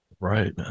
Right